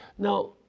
Now